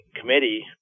Committee